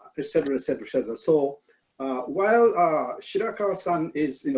et cetera, et cetera, et cetera. so while ah shirakawa-san is, you know,